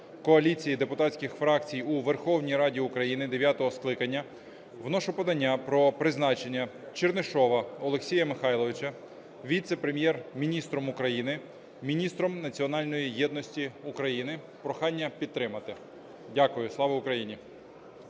коаліції депутатських фракції у Верховній Раді України дев'ятого скликання, вношу подання про призначення Чернишова Олексія Михайловича Віце-прем'єр-міністром України – Міністром національної єдності України. Прохання підтримати. Дякую. Слава Україні!